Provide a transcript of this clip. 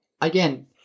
again